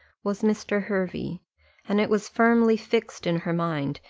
was mr. hervey and it was firmly fixed in her mind,